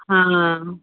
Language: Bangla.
হ্যাঁ